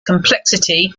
complexity